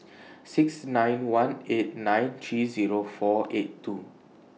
six nine one eight nine three Zero four eight two